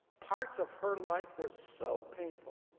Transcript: parts of her life were so painful